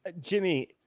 Jimmy